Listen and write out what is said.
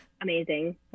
amazing